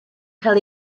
cael